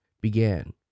began